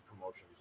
promotions